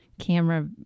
Camera